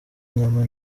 nyama